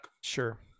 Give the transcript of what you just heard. Sure